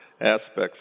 aspects